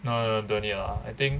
no don't need lah I think